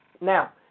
Now